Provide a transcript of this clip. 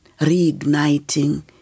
Reigniting